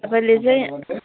तपाईँले चाहिँ